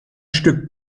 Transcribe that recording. stück